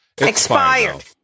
Expired